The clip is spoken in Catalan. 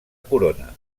corona